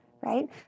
right